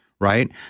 right